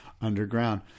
underground